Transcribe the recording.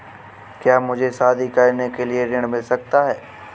क्या मुझे शादी करने के लिए ऋण मिल सकता है?